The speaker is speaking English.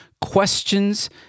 Questions